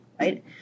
right